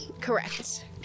Correct